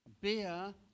beer